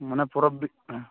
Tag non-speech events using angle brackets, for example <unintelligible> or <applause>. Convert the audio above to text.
ᱢᱟᱱᱮ ᱯᱚᱨᱚᱵᱽ <unintelligible>